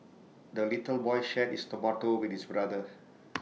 the little boy shared his tomato with his brother